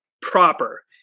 proper